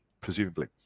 presumably